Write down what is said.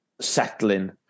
settling